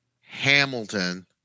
Hamilton